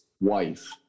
wife